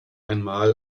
einmal